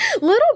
little